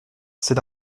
c’est